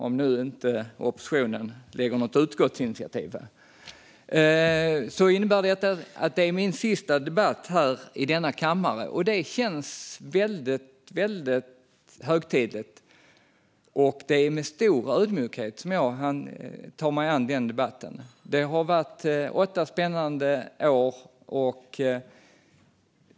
Om inte oppositionen nu lägger fram något utskottsinitiativ innebär det att detta är min sista debatt i denna kammare, och det känns väldigt högtidligt. Det är med stor ödmjukhet som jag har tagit mig an debatten. Det har varit åtta spännande år.